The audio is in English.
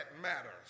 matters